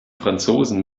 franzosen